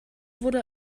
wurde